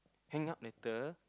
hang up later